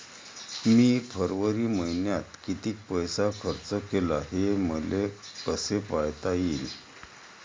मी फरवरी मईन्यात कितीक पैसा खर्च केला, हे मले कसे पायता येईल?